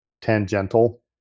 tangential